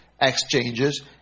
exchanges